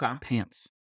Pants